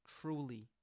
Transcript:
truly